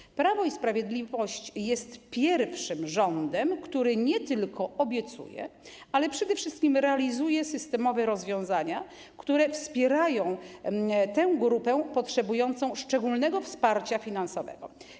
Rząd Prawa i Sprawiedliwości jest pierwszym rządem, który nie tylko obiecuje, ale przede wszystkim realizuje systemowe rozwiązania, które wspierają tę grupę potrzebującą szczególnego wsparcia finansowego.